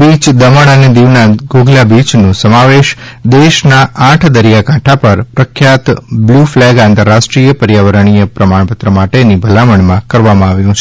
બીય દમણ અને દીવ ના ધોધલા બીયનો સમાવેશ દેશના આઠ દરિયાકાંઠા પર પ્રખ્યાત બ્લુ ફલેગ આંતરરાષ્ટ્રીય પર્યાવરણીય પ્રમાણપત્ર માટે ની ભલામણમાં કરવામાં આવ્યો છે